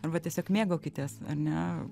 arba tiesiog mėgaukitės ar ne